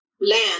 land